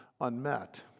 unmet